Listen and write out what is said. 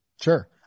Sure